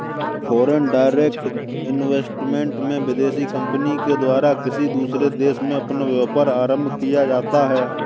foreign direct investment में विदेशी company के द्वारा किसी दूसरे देश में अपना व्यापार आरंभ किया जाता है